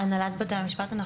אני